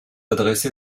adressé